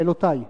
שאלותי: